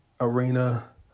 arena